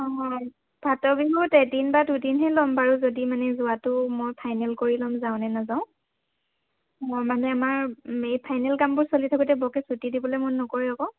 অঁ ফাটৰ বিহুত এদিন বা দুদিনহে ল'ম বাৰু যদি মানে যোৱাটো মই ফাইনেল কৰি ল'ম যাওঁ নে নাযাওঁ মানে আমাৰ এই ফাইনেল কামবোৰ চলি থাকোতে বৰকৈ ছুটি দিবলৈ মন নকৰে আকৌ